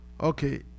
okay